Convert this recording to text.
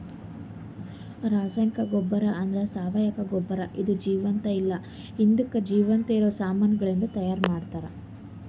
organic ಗೊಬ್ಬರ ಅಂದ್ರ ಸಾವಯವ ಗೊಬ್ಬರ ಇದು ಜೀವಂತ ಇಲ್ಲ ಹಿಂದುಕ್ ಜೀವಂತ ಇರವ ಸಾಮಾನಗಳಿಂದ್ ತೈಯಾರ್ ಮಾಡ್ತರ್